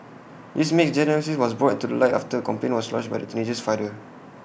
this misdiagnosis was brought to light after A complaint was lodged by the teenager's father